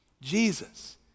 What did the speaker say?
Jesus